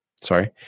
sorry